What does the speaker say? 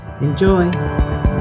Enjoy